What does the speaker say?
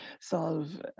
solve